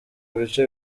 bice